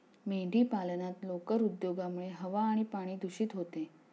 मेंढीपालनात लोकर उद्योगामुळे हवा आणि पाणी दूषित होते